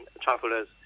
travelers